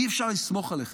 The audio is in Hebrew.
אי-אפשר לסמוך עליכם.